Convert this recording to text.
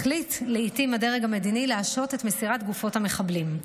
החליט לעיתים הדרג המדיני להשהות את מסירת גופות המחבלים,